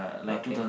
okay